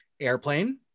airplane